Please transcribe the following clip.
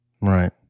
Right